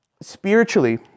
Spiritually